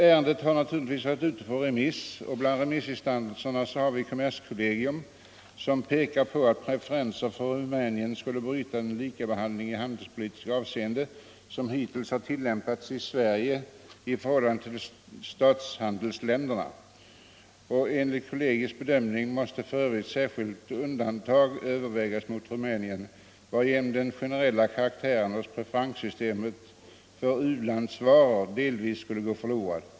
Ärendet har naturligtvis varit ute på remiss, och bland remissinstanserna finns kommerskollegium, som pekar på att preferenser för Rumänien skulle bryta den likabehandling i handelspolitiskt avseende som hittills har tillämpats av Sverige i förhållande till statshandelsländerna. Enligt kollegiets bedömning måste för övrigt särskilda undantag övervägas beträffande Rumänien, varigenom den generella karaktären hos preferenssystemet för u-landsvaror delvis skulle gå förlorad.